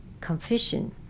confession